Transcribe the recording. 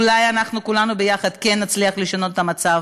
אולי כולנו יחד כן נצליח לשנות את המצב.